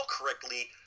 correctly